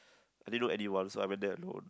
I didn't know everyone so I went there and work